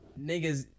niggas